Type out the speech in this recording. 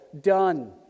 done